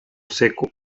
seco